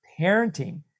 parenting